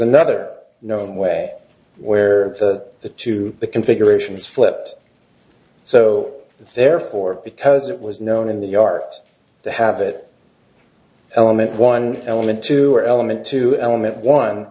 another known way where the to the configuration is flipped so therefore because it was known in the art to have it element one element two or element two element one